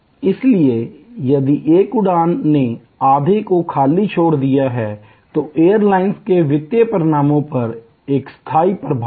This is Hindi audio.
इसलिए यदि एक उड़ान ने आधे को खाली छोड़ दिया है जो एयरलाइनों के वित्तीय परिणामों पर एक स्थायी प्रभाव है